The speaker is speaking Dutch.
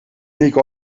nico